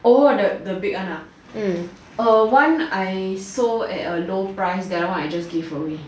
oh the the big one nah err one I sold at a low price the other one I just give away